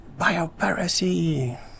biopiracy